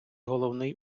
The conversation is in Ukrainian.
головний